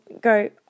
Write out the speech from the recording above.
go